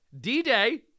D-Day